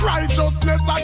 Righteousness